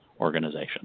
organization